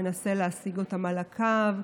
מנסה להשיג אותן על הקו,